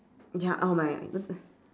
ya all my